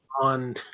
on